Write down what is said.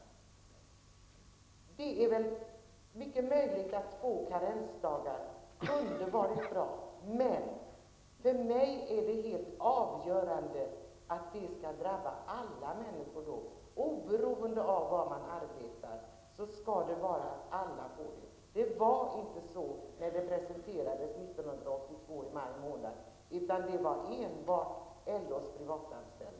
Det är mycket möjligt att två karensdagar är underbart bra. Men för mig är det helt avgörande att detta i så fall skall drabba alla människor oberoende av var de arbetar. Det var inte så när förslaget presenterades i maj månad år 1982, utan det var enbart fråga om LOs privatanställda.